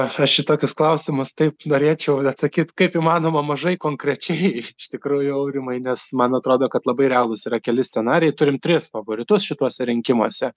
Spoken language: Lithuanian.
aš į tokius klausimus taip norėčiau atsakyt kaip įmanoma mažai konkrečiai iš tikrųjų aurimai nes man atrodo kad labai realūs yra keli scenarijai turim tris favoritus šituose rinkimuose